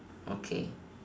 okay